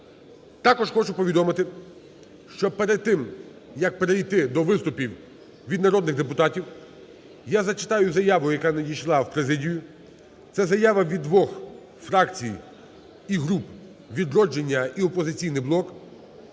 Також хочу повідомити, що перед тим, як перейти до виступів від народних депутатів, я зачитаю заяву, яка надійшла в президію, це заява від двох фракцій і груп "Відродження" і "Опозиційний блок"